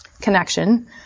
connection